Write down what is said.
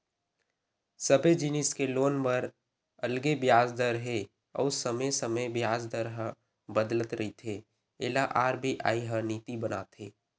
सबे जिनिस के लोन बर अलगे बियाज दर हे अउ समे समे बियाज दर ह बदलत रहिथे एला आर.बी.आई ह नीति बनाथे